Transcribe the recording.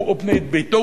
הוא ובני ביתו,